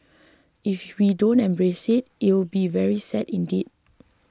if we don't embrace it it'll be very sad indeed